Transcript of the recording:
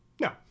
No